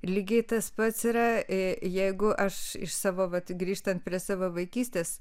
lygiai tas pats yra jeigu aš iš savo vat grįžtant prie savo vaikystės